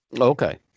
Okay